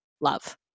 love